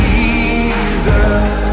Jesus